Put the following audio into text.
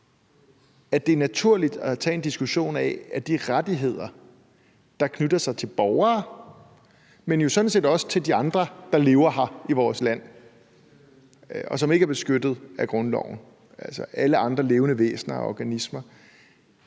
er det naturligt at tage en diskussion af de rettigheder, der knytter sig til borgere, men sådan set også til de andre, som lever her i vores land, og som ikke er beskyttet af grundloven – altså at det i forhold til alle andre levende væsener og organismer